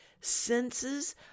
senses